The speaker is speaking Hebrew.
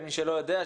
למי שלא יודע,